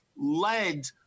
led